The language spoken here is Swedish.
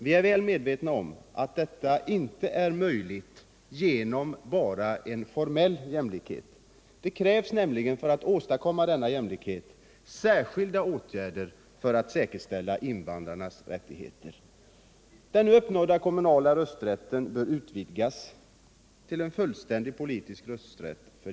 Vi är väl medvetna om att detta inte är möjligt att nå genom enbart en formell jämlikhet, utan det krävs särskilda åtgärder för att säkerställa invandrarnas rättigheter. Den uppnådda kommunala rösträtten bör utvidgas till en fullständig politisk rösträtt.